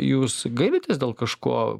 jūs gailitės dėl kažko